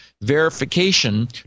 verification